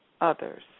others